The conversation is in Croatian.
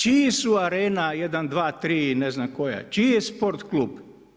Čiji su Arena 1,2,3 i ne znam koja, čiji je Sport klub?